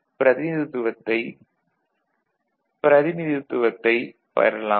பிரதிநிதித்துவத்தைப் பெறலாம்